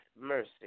Mercy